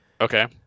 Okay